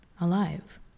alive